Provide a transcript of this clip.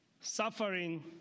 Suffering